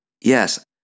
Yes